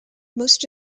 most